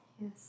Yes